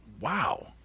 wow